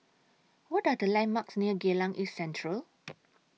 What Are The landmarks near Geylang East Central